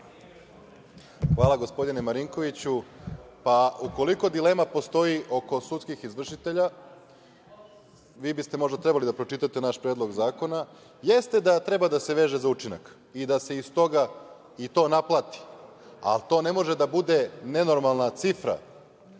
Hvala, gospodine Marinkoviću. Ukoliko dilema postoji oko sudskih izvršitelja, vi biste možda trebali da pročitate naš predlog zakona, jeste da treba da se veže za učinak i da se iz toga i to naplati, ali to ne može da bude nenormalna cifra. Mi